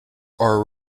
are